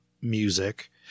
music